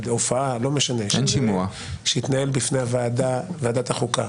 ההופעה, לא משנה, שיתנהל בפני ועדת החוקה.